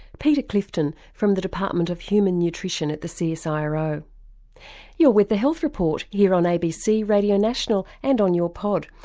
peter clifton from the department of human nutrition at the so csiro. you're with the health report here on abc radio national and on your pod,